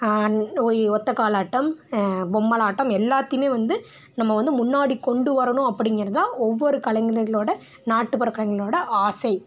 ஒற்றைக்கால் ஆட்டம் பொம்மலாட்டம் எல்லாத்தேயுமே வந்து நம்ம வந்து முன்னாடி கொண்டு வரணும் அப்படிங்கிறது தான் ஒவ்வொரு கலைஞர்களோடய நாட்டுப்புறக் கலைஞர்களோடய ஆசை